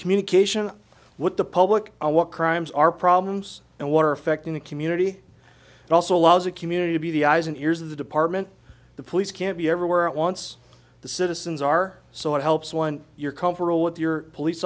communication with the public what crimes are problems and what are affecting the community it also allows a community to be the eyes and ears of the department the police can't be everywhere at once the citizens are so it helps one your cultural with your police